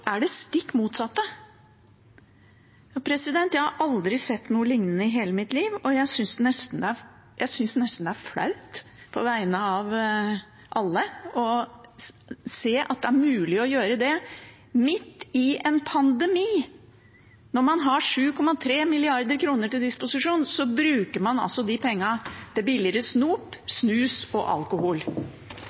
er det stikk motsatte. Jeg har aldri sett noe lignende i hele mitt liv, og jeg synes nesten det er flaut på vegne av alle, å se at det er mulig å gjøre det midt i en pandemi. Når man har 7,3 mrd. kr til disposisjon, bruker man altså de pengene til billigere snop, snus og alkohol.